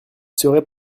serait